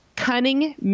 Cunning